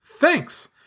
Thanks